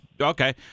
okay